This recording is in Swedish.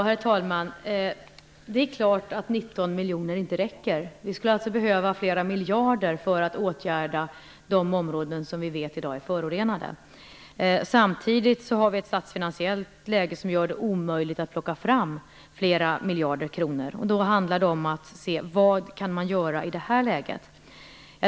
Herr talman! Det är klart att 19 miljoner kronor inte räcker. Vi skulle behöva flera miljarder för att åtgärda de områden som vi i dag vet är förorenade. Samtidigt har vi ett statsfinansiellt läge som gör det omöjligt att plocka fram flera miljarder kronor. Då gäller det att se vad man kan göra i det här läget.